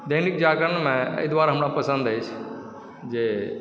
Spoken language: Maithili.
दैनिक जागरणमे हमरा एहि दुआरे हमरा पसन्द अछि जे